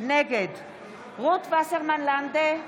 נגד רות וסרמן לנדה,